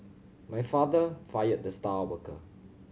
my father fired the star worker